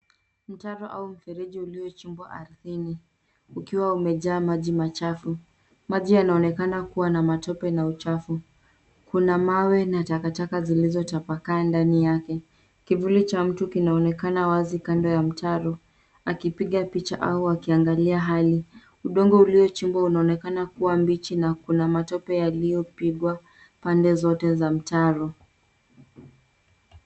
Mtaro au mfereji uliochimbwa ardhini, ukiwa umejaa maji machafu. Maji yanaonekana kuwa na matope na uchafu. Kuna mawe na takataka zilizotapakaa ndani yake. Kivuli cha mtu kinaonekana wazi kando ya mtaro, akipiga picha au akiangalia hali. Udongo uliochimbwa unaonekana kuwa mbichi na kuna matope yaliyopigwa, pande zote za mtaro.